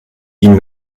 ihn